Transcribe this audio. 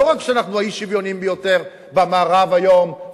לא רק שאנחנו האי-שוויוניים ביותר במערב היום,